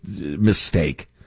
Mistake